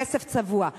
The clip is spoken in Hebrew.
כסף צבוע.